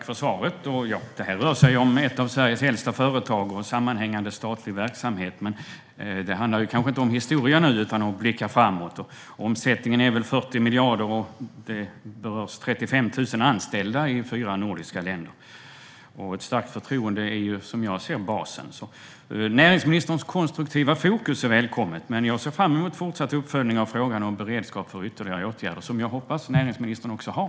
Fru talman! Detta rör sig om ett av Sveriges äldsta företag och sammanhängande statlig verksamhet, men nu handlar det kanske inte om historia utan om att blicka framåt. Omsättningen är väl 40 miljarder. Det är 35 000 anställda i fyra nordiska länder som berörs. Ett starkt förtroende är basen, som jag ser det. Näringsministerns konstruktiva fokus är välkommet. Jag ser fram emot fortsatt uppföljning av frågan om beredskap för ytterligare åtgärder, vilket jag hoppas att näringsministern har.